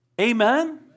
Amen